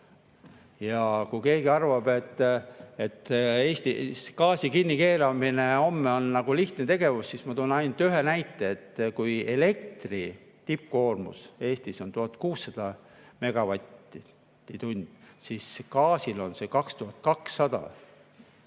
Ja kui keegi arvab, et Eestis gaasi kinnikeeramine homme on lihtne tegevus, siis ma toon ainult ühe näite. Kui elektri tipukoormus Eestis on 1600 megavatti, siis gaasil on see 2200.